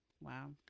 Wow